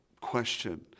question